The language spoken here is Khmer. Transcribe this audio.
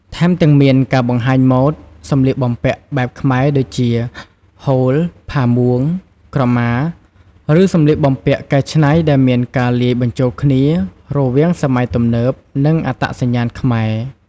ថែមទាំងមាន ការបង្ហាញម៉ូដសម្លៀកបំពាក់បែបខ្មែរដូចជា ហូល ផាមួង ក្រមា ឬសំលៀកបំពាក់កែច្នៃដែលមានការលាយបញ្ចូលគ្នារវាងសម័យទំនើប និងអត្តសញ្ញាណខ្មែរ។